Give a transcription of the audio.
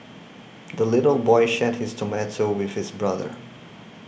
the little boy shared his tomato with his brother